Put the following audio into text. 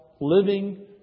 living